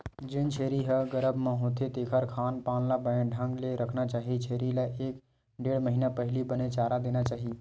जेन छेरी ह गरभ म होथे तेखर खान पान ल बने ढंग ले रखना चाही छेरी ल एक ढ़ेड़ महिना पहिली बने चारा देना चाही